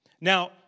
Now